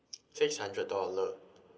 six hundred dollar